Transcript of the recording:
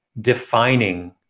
defining